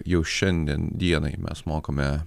jau šiandien dienai mes mokame